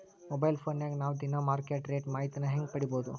Mobile ಫೋನ್ಯಾಗ ನಾವ್ ದಿನಾ ಮಾರುಕಟ್ಟೆ ರೇಟ್ ಮಾಹಿತಿನ ಹೆಂಗ್ ಪಡಿಬೋದು?